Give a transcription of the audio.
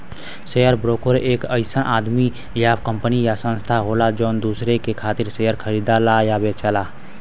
share broker एक अइसन आदमी या कंपनी या संस्थान होला जौन दूसरे के खातिर शेयर खरीदला या बेचला